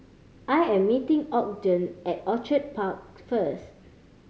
I am meeting Ogden at Orchid Park first